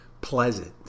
pleasant